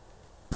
why